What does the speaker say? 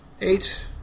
Eight